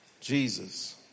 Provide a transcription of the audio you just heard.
Jesus